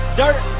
dirt